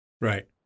Right